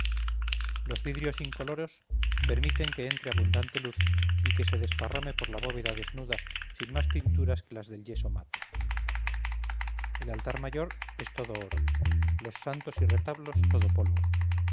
los vidrios incoloros permiten que entre abundante luz y que se desparrame por la bóveda desnuda sin más pinturas que las del yeso mate el altar mayor es todo oro los santos y retablos todo polvo